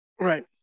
right